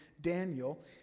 Daniel